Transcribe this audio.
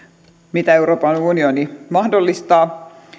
mitä euroopan unioni mahdollistaa